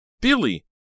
Billy